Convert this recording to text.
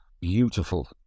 beautiful